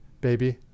baby